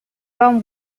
own